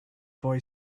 boy